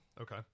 Okay